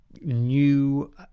new